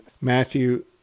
matthew